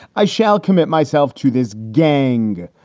i shall commit myself to this gang,